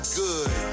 good